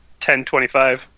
10.25